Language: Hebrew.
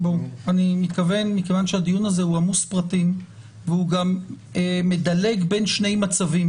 מכיוון שהדיון הזה עמוס פרטים והוא גם מדלג בין שני מצבים